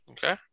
Okay